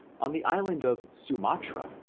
on the island of sumatra,